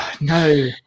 No